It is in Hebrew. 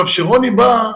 כשרוני בא,